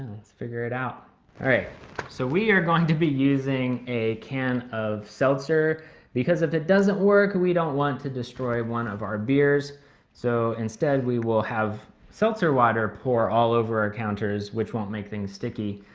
let's figure it out. all right so we are going to be using a can of seltzer because if it doesn't work we don't want to destroy one of our beers so instead we will have seltzer water pour all over our counters which won't make things sticky.